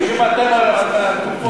איפה הנתון הזה?